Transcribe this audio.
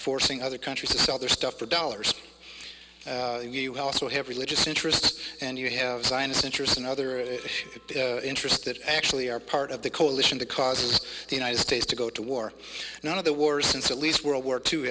forcing other countries to sell their stuff for dollars and you also have religious interests and you have sinus interests and other interests that actually are part of the coalition that causes the united states to go to war not of the war since at least world war two